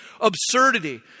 absurdity